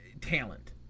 talent